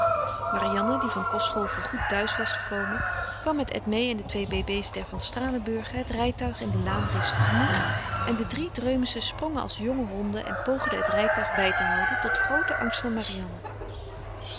marianne die van kostschool voor goed thuis was gekomen kwam met edmée en de twee bébés der van stralenburgen het rijtuig in de laan reeds tegemoet en de drie dreumessen sprongen als jonge honden en poogden het rijtuig bij te houden tot grooten angst van marianne